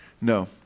No